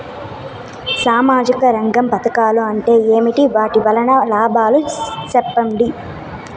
సామాజిక రంగం పథకాలు అంటే ఏమి? వాటి వలన లాభాలు సెప్పండి?